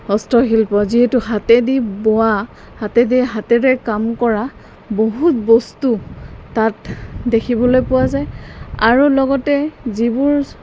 হস্তশিল্প যিহেতু হাতেদি বোৱা হাতেদি হাতেৰে কাম কৰা বহুত বস্তু তাত দেখিবলৈ পোৱা যায় আৰু লগতে যিবোৰ